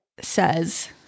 says